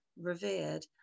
revered